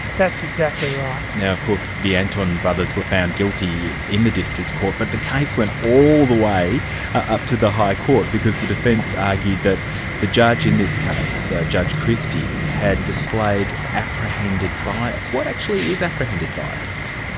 that's exactly right. now of course the antoun brothers were found guilty in the district court, but the case went all the way up to the high court because the defence argued that the judge in this case, judge christie, had displayed apprehended bias. what actually is apprehended bias?